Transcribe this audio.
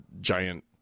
giant